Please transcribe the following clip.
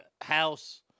house